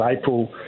April